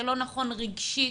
זה לא נכון רגשית,